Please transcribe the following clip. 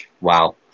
Wow